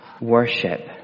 worship